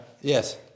Yes